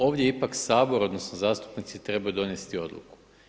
Ovdje ipak Sabor, odnosno zastupnici trebaju donesti odluku.